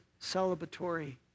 celebratory